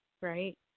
right